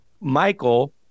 Michael